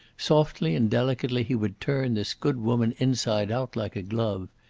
softly and delicately he would turn this good woman inside out, like a glove.